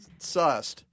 sussed